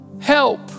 help